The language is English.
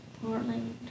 Portland